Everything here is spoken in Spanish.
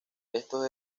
estos